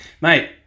Mate